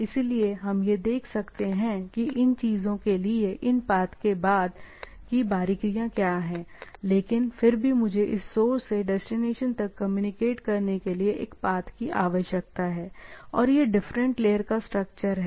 इसलिए हम यह देख सकते हैं कि इन चीजों के लिए इन पाथ के बाद की बारीकियां क्या हैं लेकिन फिर भी मुझे सोर्स से डेस्टिनेशन तक कम्युनिकेट करने के लिए एक पाथ की आवश्यकता है और यह डिफरेंट लेयर का स्ट्रक्चर है